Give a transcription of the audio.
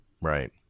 Right